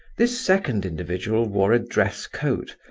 this second individual wore a dress coat,